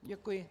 Děkuji.